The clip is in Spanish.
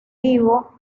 vivo